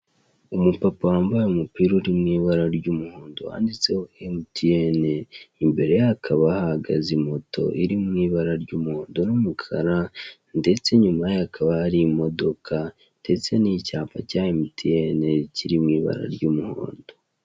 Umupapa wambaye umupira uri mu ibara ry'umuhondo wanditseho MTN, imbere ye hakaba hahagaze moto iri mu ibara ryumuhondo n'umukara ndetse inyuma ye hakaba hari imodoka ndetse n'icyapa cya MTN kiri mu bara ry'umuhondo.